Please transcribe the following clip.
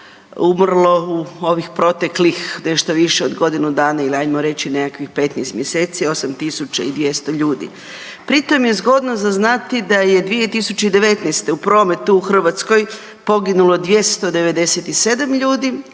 umrlo u ovih proteklih nešto više godine dana ili ajmo reći nekakvih 15 mj., 8 200 ljudi. Pritom je zgodno za znati da je 2019. u prometu u Hrvatskoj, poginulo 297 ljudi